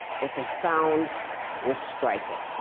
what they found was striking.